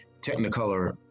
technicolor